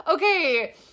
Okay